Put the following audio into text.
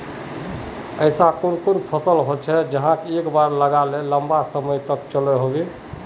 ऐसा कुन कुन फसल होचे जहाक एक बार लगाले लंबा समय तक चलो होबे?